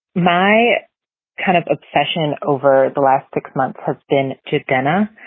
my kind of obsession over the last six months has been to denna,